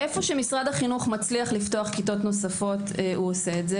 איפה שמשרד החינוך מצליח לפתוח כיתות נוספות הוא עושה זאת,